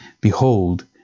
behold